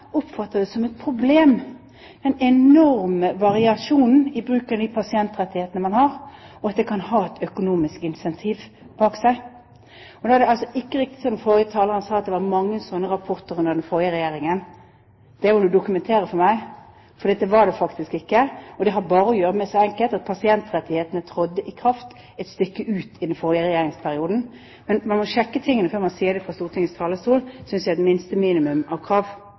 oppfatter den enorme variasjonen man har i bruken av pasientrettighetene, som et problem, og at det kan ha et økonomisk incentiv. Det er ikke riktig som forrige taler sa, at det var mange slike rapporter under den forrige regjeringen. Det må han dokumentere, for det var det faktisk ikke. Det har bare å gjøre med noe så enkelt som at pasientrettighetene trådte i kraft et stykke ut i den forrige regjeringsperioden. Man må sjekke tingene før man sier noe fra Stortingets talerstol. Det synes jeg er et minste minimum av krav